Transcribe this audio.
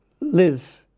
Liz